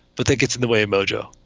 but it gets in the way of mojo.